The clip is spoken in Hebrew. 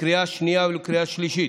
לקריאה השנייה ולקריאה השלישית.